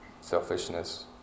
selfishness